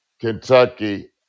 kentucky